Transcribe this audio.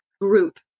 group